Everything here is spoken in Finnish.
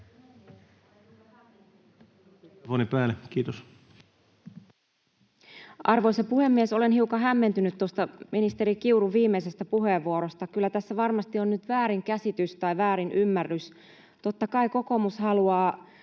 Arvoisa puhemies! Olen hiukan hämmentynyt tuosta ministeri Kiurun viimeisestä puheenvuorosta. Kyllä tässä varmasti on nyt väärinkäsitys tai väärinymmärrys. Totta kai kokoomus haluaa